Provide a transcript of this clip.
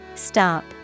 Stop